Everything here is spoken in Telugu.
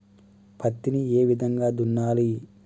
పత్తిని ఏ విధంగా దున్నాలి?